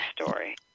story